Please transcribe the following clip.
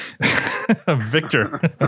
Victor